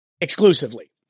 exclusively